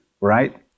right